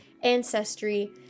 ancestry